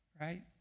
right